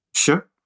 Sure